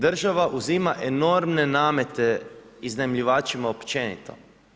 Država uzima enorme namete iznajmljivačima općenito.